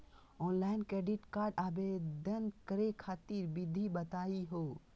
Online credit card आवेदन करे खातिर विधि बताही हो?